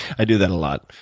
i do that a lot.